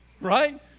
right